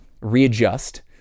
readjust